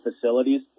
facilities